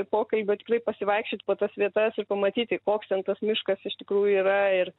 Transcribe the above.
pokalbio tikrai pasivaikščiot po tas vietas ir pamatyti koks ten tas miškas iš tikrųjų yra ir